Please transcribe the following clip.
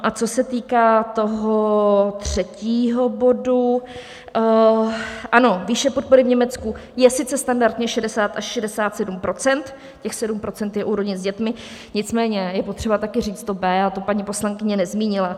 A co se týká toho třetího bodu: ano, výše podpory v Německu je sice standardně 60 až 67 %, těch 7 % je u rodin s dětmi, nicméně je potřeba také říct to B, a to paní poslankyně nezmínila.